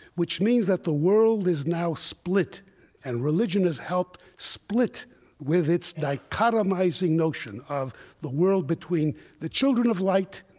which means that the world is now split and religion has helped split with its dichotomizing notion of the world between the children of light,